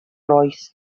rois